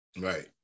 Right